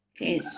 okay